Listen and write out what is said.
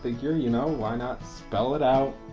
ah yeah you know, why not spell it out.